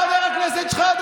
חבר הכנסת שחאדה,